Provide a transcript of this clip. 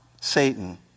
Satan